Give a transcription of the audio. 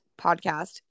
podcast